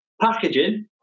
Packaging